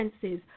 senses